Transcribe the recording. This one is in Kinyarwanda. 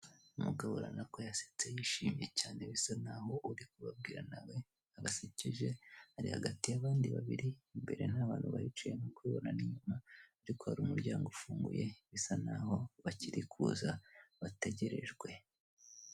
Umugabo urabona ko yasetse yishimye cyane bisa n'aho uri kubabwira nawe yabasekeje ari hagati y'abandi babiri imbere nta bantu bahicaye nk'uko ubibona n'inyuma ariko hari umuryango ufunguye bisa n'aho bakiri kuza bategerejwe.